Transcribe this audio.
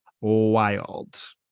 Wild